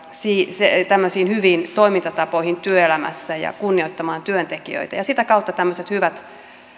tämmöisiin hyviin toimintatapoihin työelämässä ja kunnioittamaan työntekijöitä ja sitä kautta tämmöiset hyvät